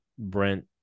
Brent